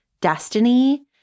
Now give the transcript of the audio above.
destiny